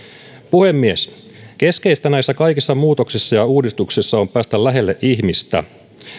puhemies keskeistä näissä kaikissa muutoksissa ja uudistuksissa on päästä lähelle ihmistä